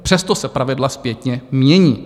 Přesto se pravidla zpětně mění.